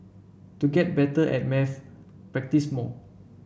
to get better at maths practise more